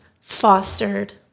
fostered